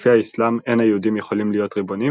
שלפי האסלאם אין היהודים יכולים להיות ריבונים,